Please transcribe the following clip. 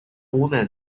woman